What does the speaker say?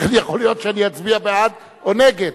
לכן יכול להיות שאני אצביע בעד או נגד.